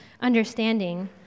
understanding